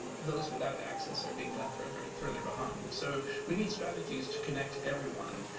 those without access are being left further and further behind. so we need strategies to connect everyone.